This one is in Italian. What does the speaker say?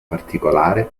particolare